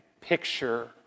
picture